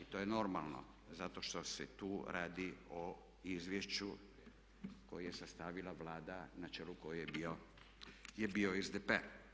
I to je normalno zato što se tu radi o izvješću koje je sastavila Vlada na čelu koje je bio SDP.